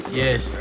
yes